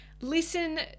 Listen